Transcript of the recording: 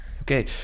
Okay